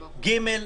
גימ"ל,